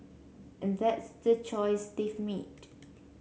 and that's the choice they've made